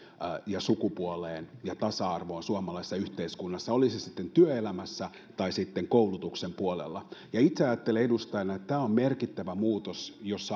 ja sukupuoleen ja tasa arvoon suomalaisessa yhteiskunnassa oli se sitten työelämässä tai sitten koulutuksen puolella itse ajattelen edustajana että tämä on merkittävä muutos ja